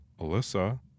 Alyssa